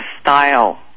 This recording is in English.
style